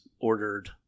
ordered